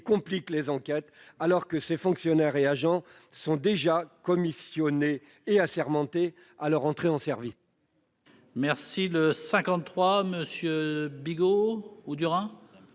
compliquent les enquêtes, alors que ces fonctionnaires et agents sont déjà commissionnés et assermentés à leur entrée en service.